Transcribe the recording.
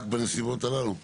לעניין סעיפים קטנים (ב)